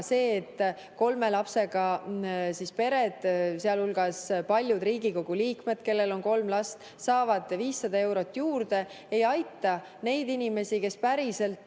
see, et kolme lapsega pered, sealhulgas paljud Riigikogu liikmed, kellel on kolm last, saavad 500 eurot juurde, ei aita neid inimesi, kes päriselt